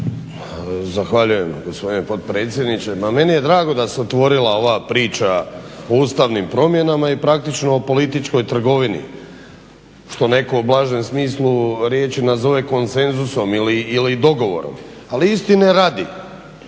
Zahvaljujem gospodine potpredsjedniče. Ma meni je drago da se otvorila ova priča o ustavnim promjenama i praktičko o političkoj trgovini što netko u blažem smislu riječi nazove konsenzusom ili dogovorom. Ali istine radi